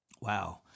Wow